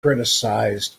criticized